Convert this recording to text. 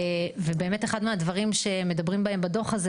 ובאמת אחד מהדברים שמדברים עליהם בדו"ח הזה,